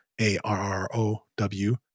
A-R-R-O-W